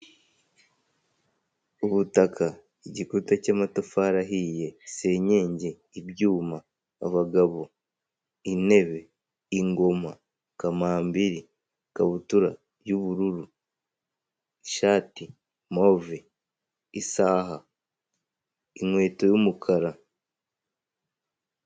Ubutaka, igikuta cy'amatafari ahiye, senkenge, ibyuma, abagabo, intebe, ingoma, kamambiri, ikabutura y'ubururu, ishati, move, isaha, inkweto y'umukara.